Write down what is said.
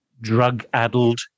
drug-addled